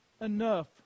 enough